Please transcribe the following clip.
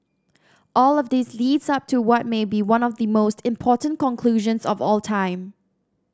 all of this leads up to what may be one of the most important conclusions of all time